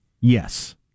Yes